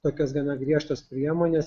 tokios gana griežtos priemonės